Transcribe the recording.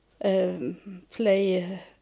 play